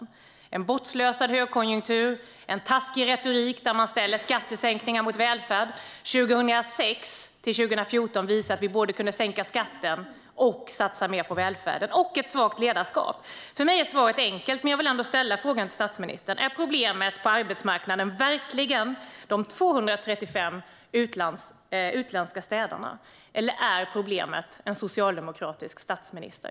Vi ser en bortslösad högkonjunktur och hör en taskig retorik där man ställer skattesänkningar mot välfärd. Åren 2006-2014 visade vi att man både kan sänka skatten och satsa mer på välfärden. Vi ser nu också ett svagt ledarskap. För mig är svaret enkelt, men jag vill ändå ställa frågan till statsministern: Är problemet på arbetsmarknaden verkligen de 235 utländska städarna, eller är problemet en socialdemokratisk statsminister?